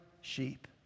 sheep